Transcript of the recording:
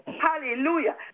Hallelujah